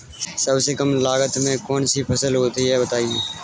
सबसे कम लागत में कौन सी फसल होती है बताएँ?